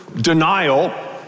denial